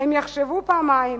הם יחשבו פעמיים